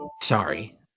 Sorry